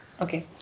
Okay